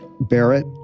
Barrett